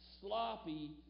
sloppy